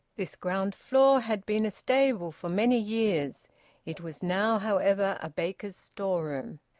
this ground-floor had been a stable for many years it was now, however, a baker's storeroom.